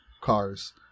cars